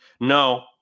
No